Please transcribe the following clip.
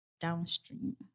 downstream